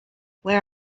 where